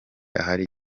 ahari